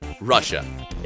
Russia